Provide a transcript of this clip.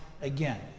again